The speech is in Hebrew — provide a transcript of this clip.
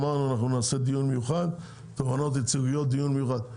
אמרנו שנעשה דיון מיוחד ועל תובענות ייצוגיות דיון מיוחד.